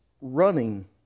running